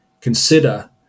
consider